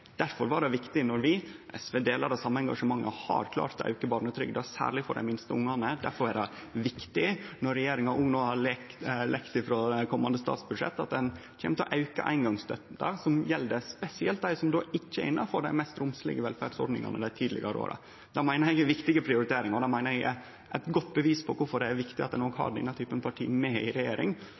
var det viktig då vi – SV deler det engasjementet – klarte å auke barnetrygda, særleg for dei minste ungane. Difor er det viktig når regjeringa òg no har leke frå det komande statsbudsjettet at ein kjem til å auke eingongsstøtta, som gjeld spesielt dei som ikkje er innanfor dei mest romslege velferdsordningane dei tidlegare har vore innanfor. Det meiner eg er viktige prioriteringar. Det meiner eg er eit godt bevis på kvifor det er viktig at ein har med i regjering òg denne typen parti,